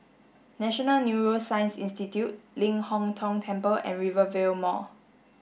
National Neuroscience Institute Ling Hong Tong Temple and Rivervale Mall